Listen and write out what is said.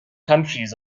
countries